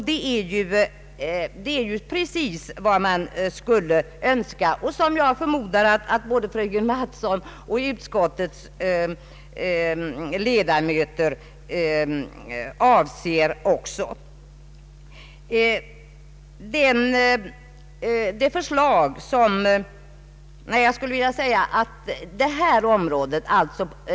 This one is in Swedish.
Det är ju precis vad man skulle önska och vad jag förmodar att både fröken Mattson och utskottets övriga ledamöter avser.